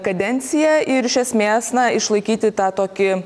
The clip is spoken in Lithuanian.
kadencija ir iš esmės na išlaikyti tą tokį